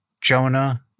Jonah